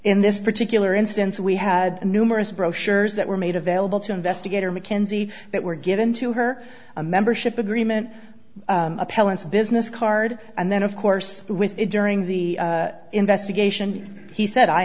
in this particular instance we had numerous brochures that were made available to investigator mackenzie that were given to her a membership agreement appellants a business card and then of course with it during the investigation he said i